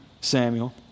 Samuel